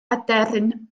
aderyn